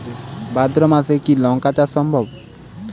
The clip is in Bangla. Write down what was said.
ভাদ্র মাসে কি লঙ্কা চাষ সম্ভব?